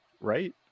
right